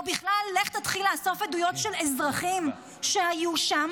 או בכלל לך תתחיל לאסוף עדויות של אזרחים שהיו שם.